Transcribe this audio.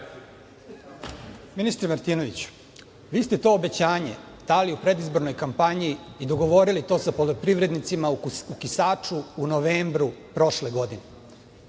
Ministre Martinoviću, vi ste to obećanje dali u predizbornoj kampanji i dogovorili to sa poljoprivrednicima u Kisaču, u novembru prošle godine.